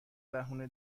بهونه